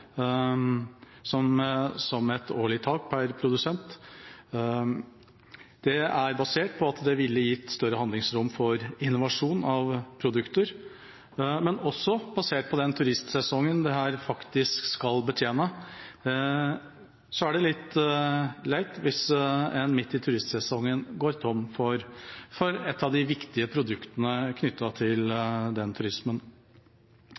liter som et årlig tak per produsent. Det er basert på at det ville gitt større handlingsrom for innovasjon av produkter, men også på den turistsesongen som faktisk skal betjenes. Det er litt leit hvis man midt i turistsesongen går tom for et av de viktige produktene knyttet til